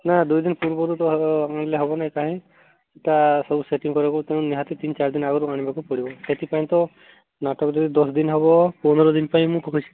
ନା ଦୁଇ ଦିନ ପୂର୍ବରୁ ତ ଆଣିଲେ ହେବ ନାହିଁ କାହିଁ ତା ସବୁ ସେଟିଂ କରିବାକୁ ତାକୁ ନିହାତି ତିନି ଚାରି ଦିନି ଆଗରୁ ଆଣିବାକୁ ପଡ଼ିବ ସେଥିପାଇଁ ତ ନାଟକ ଦଶ ଦିନି ହେବ ପନ୍ଦର ଦିନି ପାଇଁ ମୁଁ କହିଛି